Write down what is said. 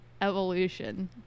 evolution